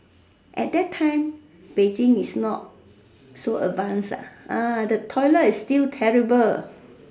at that time Beijing is not so advance ah ah the toilet is still terrible